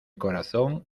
corazón